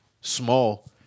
Small